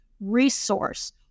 Resource